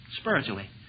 spiritually